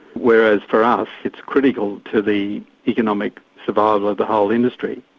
whereas for us it's critical to the economic survival of the whole industry.